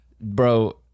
Bro